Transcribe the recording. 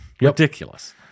Ridiculous